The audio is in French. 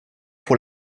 pour